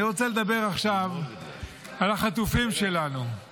אני רוצה לדבר עכשיו על החטופים שלנו,